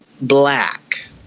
black